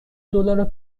دلار